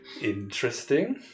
Interesting